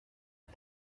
que